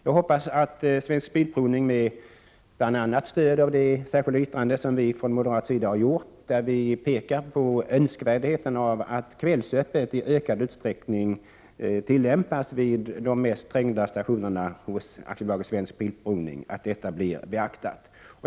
Jag hoppas att Svensk Bilprovning beaktar dessa synpunkter bl.a. med stöd av det särskilda yttrande som vi moderater har gjort, i vilket vi betonar önskvärdheten av att kvällsöppethållande i ökad utsträckning tillämpas vid de mest trängda bilprovningsstationerna.